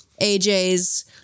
AJ's